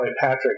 Patrick